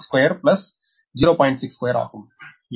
62ஆகும்